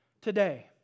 today